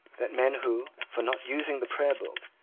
that men who, for not using the prayer book,